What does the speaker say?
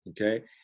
okay